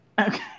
Okay